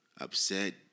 upset